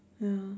ya